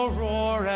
roar